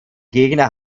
gegner